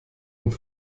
und